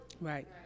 Right